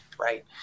right